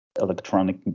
electronic